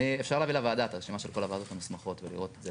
אפשר להביא לוועדה את הרשימה של כל הוועדות המוסמכות ולראות את זה.